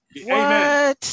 Amen